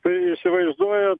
tai įsivaizduojat